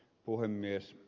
kollegat